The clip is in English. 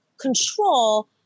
control